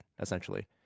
essentially